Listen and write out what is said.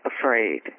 afraid